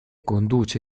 conduce